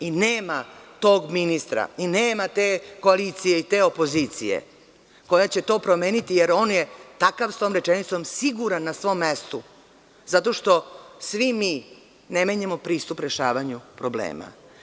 I nema tog ministra, i nema te koalicije i te opozicije koja će to promeniti, jer on je takav sa tom rečenicom siguran na svom mestu zato što svi mi ne menjamo pristup rešavanju problema.